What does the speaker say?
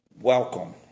welcome